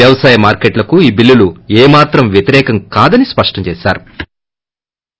వ్యవసాయ మార్కెట్లకు ఈ చిల్లులు ఏ మాత్రం వ్యతిరేకం కాదని స్పష్టం చేశారు